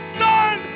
son